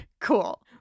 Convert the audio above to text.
Cool